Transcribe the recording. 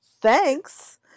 Thanks